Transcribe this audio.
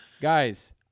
guys